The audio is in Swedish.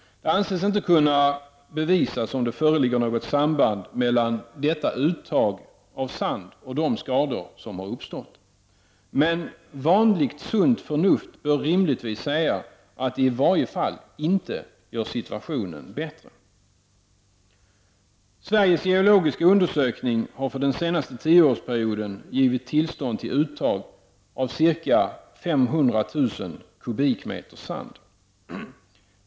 Det anses inte kunna bevisas att det föreligger något samband mellan detta uttag av sand och de skador som har uppstått, men vanligt sunt förnuft bör rimligtvis säga att det i varje fall inte gör situationen bättre. Sveriges geologiska undersökning har för den senste tioårsperioden givit tillstånd till uttag av ca 500 000 m? sand.